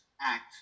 act